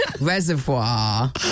Reservoir